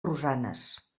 rosanes